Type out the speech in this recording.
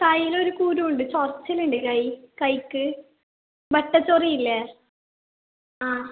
കയ്യിൽ ഒരു കുരു ഉണ്ട് ചൊറിച്ചിൽ ഉണ്ട് കൈ കയ്ക്ക് വട്ടച്ചൊറി ഇല്ലേ ആ